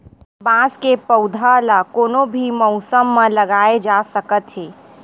बांस के पउधा ल कोनो भी मउसम म लगाए जा सकत हे